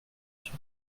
sur